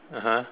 (uh huh)